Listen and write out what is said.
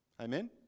amen